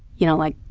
you know? like,